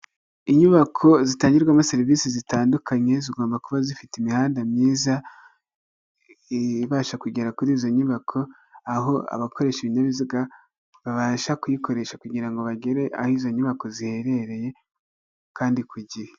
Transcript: Inyubako zitangirwamo serivisi zitandukanye zigomba kuba zifite imihanda myiza ibasha kugera kuri izo nyubako, aho abakoresha ibinyabiziga babasha kuyikoresha kugirango bagere aho izo nyubako ziherereye kandi ku gihe.